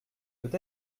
peut